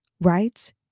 right